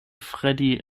freddy